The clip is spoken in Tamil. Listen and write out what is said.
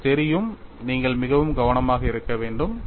உங்களுக்குத் தெரியும் நீங்கள் மிகவும் கவனமாக இருக்க வேண்டும்